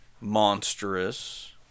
monstrous